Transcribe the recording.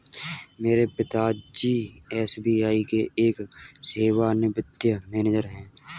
मेरे पिता जी एस.बी.आई के एक सेवानिवृत मैनेजर है